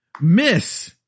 miss